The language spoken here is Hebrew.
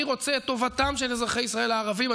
אני רוצה את טובתם של אזרחי ישראל הערבים.